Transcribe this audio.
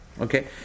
okay